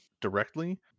directly